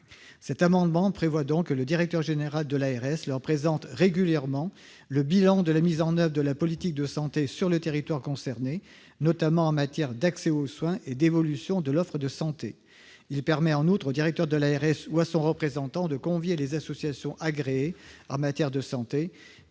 Cet amendement prévoit que le directeur général de l'agence régionale de santé leur présente régulièrement le bilan de la mise en oeuvre de la politique de santé sur le territoire concerné, notamment en matière d'accès aux soins et d'évolution de l'offre de santé. Il s'agit de permettre en outre au directeur de l'ARS, ou à son représentant, de convier les associations agréées en matière de santé,